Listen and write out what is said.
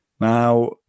Now